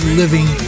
living